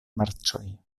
marĉoj